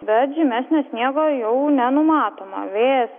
bet žymesnio sniego jau nenumatoma vėjas